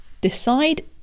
decide